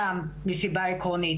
גם מסיבה עקרונית,